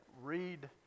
read